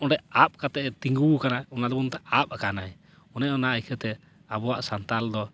ᱟᱨ ᱚᱸᱰᱮ ᱟᱵ ᱠᱟᱛᱮᱜ ᱮ ᱛᱤᱸᱜᱩᱣ ᱠᱟᱱᱟ ᱚᱱᱟ ᱫᱚᱵᱚᱱ ᱢᱮᱛᱟᱜᱼᱟ ᱟᱵ ᱟᱠᱟᱱᱟᱭ ᱚᱱᱮ ᱚᱱᱟ ᱤᱠᱟᱹᱛᱮ ᱟᱵᱚᱣᱟᱜ ᱥᱟᱱᱛᱟᱞ ᱫᱚ